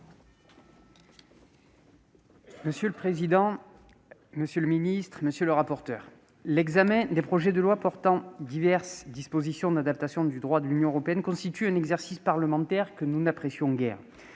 Monsieur le président, monsieur le secrétaire d'État, mes chers collègues, l'examen des projets de loi portant diverses dispositions d'adaptation au droit de l'Union européenne constitue un exercice parlementaire que nous n'apprécions guère